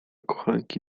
kochanki